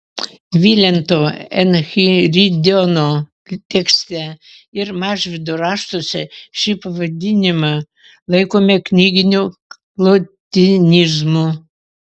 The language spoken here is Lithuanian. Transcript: vilento enchiridiono tekste ir mažvydo raštuose šį pavadinimą laikome knyginiu lotynizmu